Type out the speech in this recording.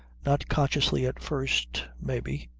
not consciously at first, may be.